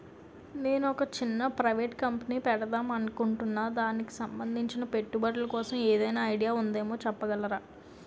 నేను ఒక చిన్న ప్రైవేట్ కంపెనీ పెడదాం అనుకుంటున్నా దానికి సంబందించిన పెట్టుబడులు కోసం ఏదైనా ఐడియా ఉందేమో చెప్పగలరా?